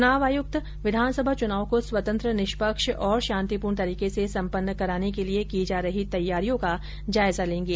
चुनाव आयुक्त विधानसभा चुनाव को स्वतंत्र निष्पक्ष और शांतिपूर्ण तरीके से सम्पन्न कराने के लिए की जा रही तैयारियां का जायजा लेंगे